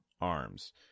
Arms